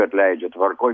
atleidžia tvarkoj